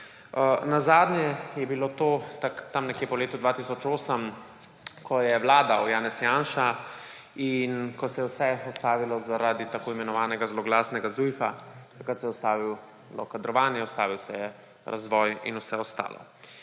Nazadnje je bilo to tam nekje po letu 2008, ko je vladal Janez Janša in ko se je vse ustavilo zaradi tako imenovanega zloglasnega ZUJF-a. Takrat se je ustavilo kadrovanje, ustavil se je razvoj in vse ostalo.